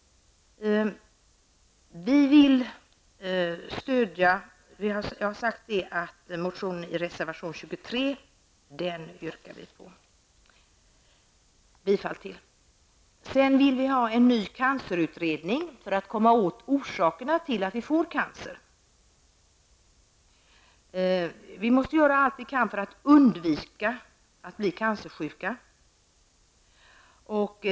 Som jag tidigare sagt yrkar vi bifall till reservation nr 23. Vi vill att en ny cancerutredning skall genomföras för att man skall kunna komma åt orsakerna till cancer. Vi måste göra allt vi kan för att undvika att människor blir cancersjuka.